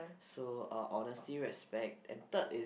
so uh honestly respect and third is